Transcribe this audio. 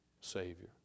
Savior